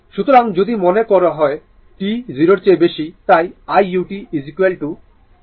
সুতরাং যদি মনে করা হয় t 0 এর বেশি তাই iu t I কারণ u 1